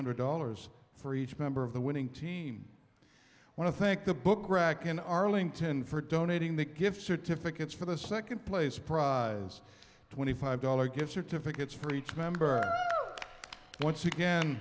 hundred dollars for each member of the winning team i want to thank the book rack in arlington for donating the gift certificates for the second place prize twenty five dollars gift certificates for each member